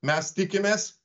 mes tikimės